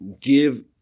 give